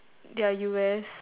their U_S